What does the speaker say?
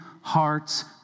hearts